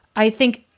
i think,